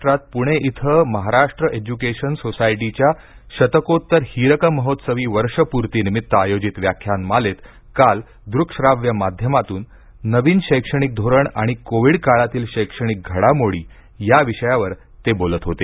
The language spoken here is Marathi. महाराष्ट्रात पुणे इथं महाराष्ट्र एज्यूकेशन सोसायटीच्या शतकोत्तर हीरकमहोत्सवी वर्ष पूर्ती निमित आय़ोजित व्याख्यानमालेत काल द्रुक श्राव्य माध्यमातून नवीन शैक्षणिक धोरण आणि कोविड काळातील शैक्षणिक घडामोडी या विषयांवर निशंक बोलत होते